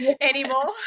anymore